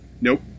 Nope